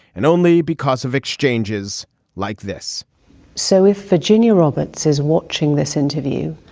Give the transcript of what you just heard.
and only because of exchanges like this so if virginia roberts is watching this interview,